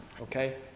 Okay